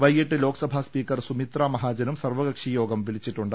വൈകിട്ട് ലോക്സഭാസ്പീക്കർ സുമിത്രമഹാജനും സർവ കക്ഷിയോഗം വിളിച്ചിട്ടുണ്ട്